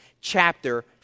chapter